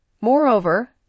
Moreover